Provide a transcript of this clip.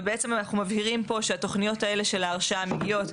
ובעצם אנחנו מבהירים פה שהתוכניות האלה של ההרשאה מגיעות